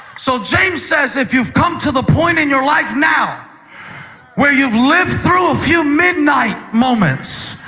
so james says, if you've come to the point in your life now where you've lived through a few midnight moments,